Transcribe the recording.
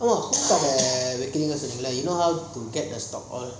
பூ காட வெக்கணும்னு சொன்னிங்களா:poo kaada vekkanumnu soningala you know how to get the stock all